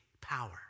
power